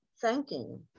thanking